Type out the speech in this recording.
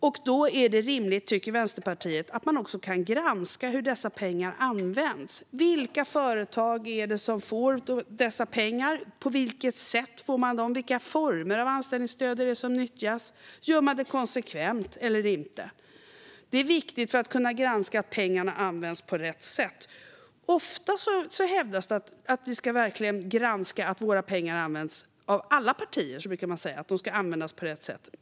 Vänsterpartiet tycker att det är rimligt att man då också kan granska hur dessa pengar används. Vilka företag får dessa pengar? På vilket sätt får man dem? Vilka former av anställningsstöd nyttjas? Gör man det konsekvent eller inte? Detta är viktigt för att kunna granska att pengarna används på rätt sätt. Ofta hävdas från alla partier att vi verkligen ska granska att våra pengar används på rätt sätt.